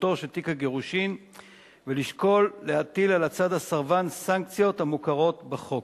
של תיק הגירושין ולשקול להטיל על הצד הסרבן סנקציות המוכרות בחוק.